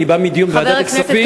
אני בא מדיון בוועדת הכספים,